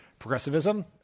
progressivism